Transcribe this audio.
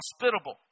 hospitable